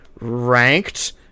ranked